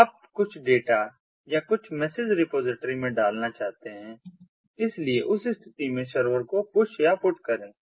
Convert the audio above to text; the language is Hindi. तो आप कुछ डेटा या कुछ मैसेज रिपॉजिटरी में डालना चाहते हैं इसलिए उस स्थिति में सर्वर को पुश या पुट करें